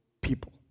people